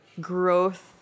growth